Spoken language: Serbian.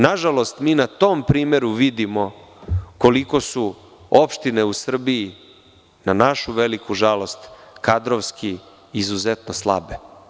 Nažalost, mi na tom primeru vidimo koliko su opštine u Srbiji na našu veliku žalost kadrovski izuzetno slabe.